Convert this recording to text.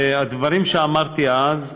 הדברים שאמרתי אז,